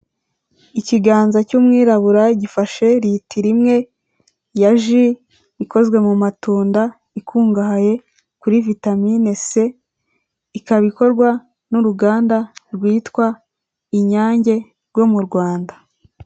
Ikiganza cy'umwirabura gifashe ritiro imwe ya ji ikozwe mu matunda ikungahaye kuri vitamine c ikaba ikorwa n'uruganda rwitwa inyange rwo mu Rwanda.